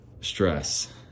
stress